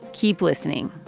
keep listening.